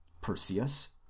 Perseus